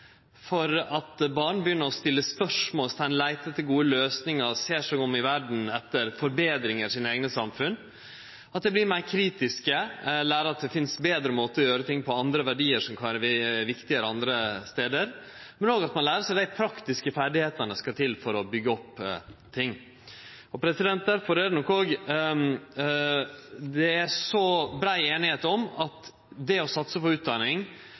for at barn begynner å stille spørsmål, leiter etter gode løysingar, ser seg om i verda etter forbetring av sine eigne samfunn, at dei vert meir kritiske, at dei lærer at det finst betre måtar å gjere ting på og andre verdiar som kan vere viktigare andre stader, men det er òg føresetnaden for at ein lærer seg dei praktiske ferdigheitene som skal til for å byggje opp ting. Derfor er det òg så brei einigheit om at det å satse